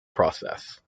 process